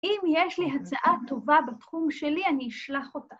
אם יש לי הצעה טובה בתחום שלי, אני אשלח אותה.